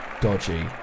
dodgy